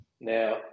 now